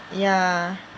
ya